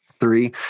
three